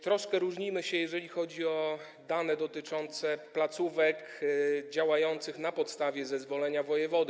Troszkę różnimy się, jeżeli chodzi o dane dotyczące placówek działających na podstawie zezwolenia wojewody.